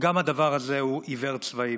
גם הדבר הזה הוא עיוור צבעים.